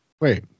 wait